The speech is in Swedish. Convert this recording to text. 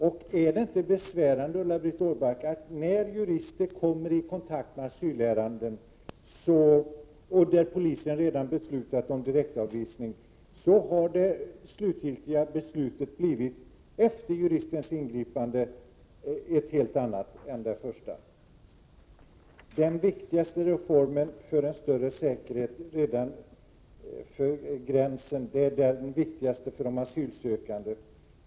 Är det inte besvärande, Ulla-Britt Åbark, att när jurister kommer i kontakt med asylärenden, där polisen redan har beslutat om direktavvisning, blir det slutgiltiga beslutet ett helt annat än det första? Den viktigaste reformen för de asylsökande är större säkerhet vid gränsen.